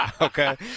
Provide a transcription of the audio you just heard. Okay